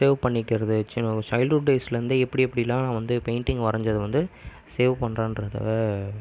save பண்ணிக்கிறது வச்சு நான் சைல்ட்ஹுட் டேஸ்லருந்தே எப்படி எப்படிலாம் வந்து பெயிண்ட்டிங் வரைஞ்சது வந்து சேவ் பண்ணறன்றத